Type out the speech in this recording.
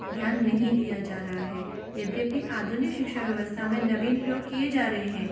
ध्यान नहीं दिया जा रहा है यद्यपि आधुनिक शिक्षा व्यवस्था में नवीन प्रयोग किए जा रहे हैं